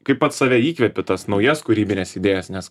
kaip pats save įkvepi tas naujas kūrybines idėjas nes